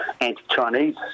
anti-Chinese